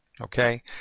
Okay